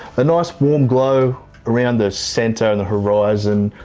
a nice warm glow around the centre and the horizon.